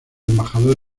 embajador